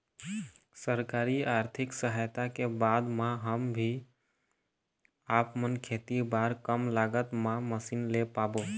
सरकारी आरथिक सहायता के बाद मा हम भी आपमन खेती बार कम लागत मा मशीन ले पाबो?